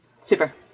Super